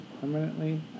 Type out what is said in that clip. permanently